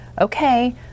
okay